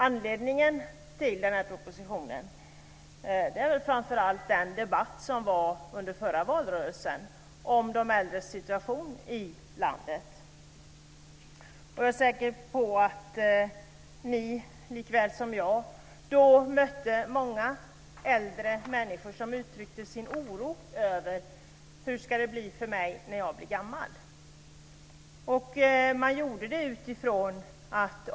Anledningen till den här propositionen är väl framför allt den debatt som var under förra valrörelsen om de äldres situation i landet. Jag är säker på att ni lika väl som jag då mötte många äldre människor som uttryckte sin oro och undrade: Hur ska det bli för mig när jag blir gammal?